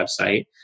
website